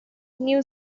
new